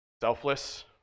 Selfless